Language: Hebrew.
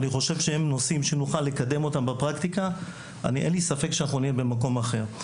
אני חושב שהם נושאים שנוכל לקדם בפרקטיקה ואין לי ספק שנהיה במקום אחר.